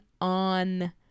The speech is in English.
on